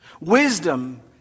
Wisdom